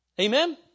Amen